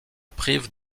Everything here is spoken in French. prive